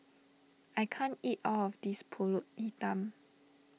I can't eat all of this Pulut Hitam